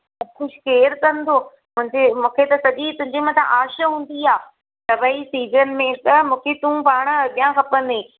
सभु कुझु केरु कंदो मुंहिंजे मूंखे त सॼी तुंहिंजे मथां आश हूंदी आहे त भई सिजन में त मूंखे तूं पाण अॻियां खपंदें